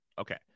Okay